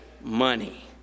money